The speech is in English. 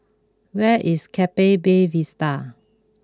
where is Keppel Bay Vista